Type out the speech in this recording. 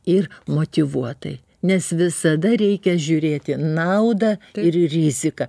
ir motyvuotai nes visada reikia žiūrėti naudą ir riziką